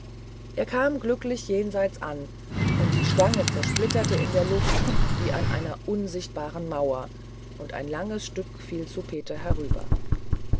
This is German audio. er kam glücklich jenseits an und die stange zersplitterte in der luft wie an einer unsichtbaren mauer und ein langes stück fiel zu peter herüber